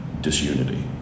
disunity